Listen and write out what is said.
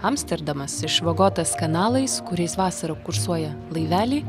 amsterdamas išvagotas kanalais kuriais vasarą kursuoja laiveliai